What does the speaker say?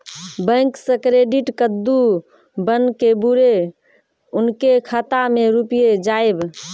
Bank से credit कद्दू बन के बुरे उनके खाता मे रुपिया जाएब?